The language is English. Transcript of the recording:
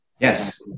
Yes